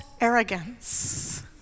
arrogance